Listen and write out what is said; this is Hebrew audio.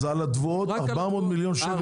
אז על התבואות 400 מיליון שקל.